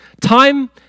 Time